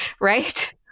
right